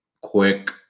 quick